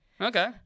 Okay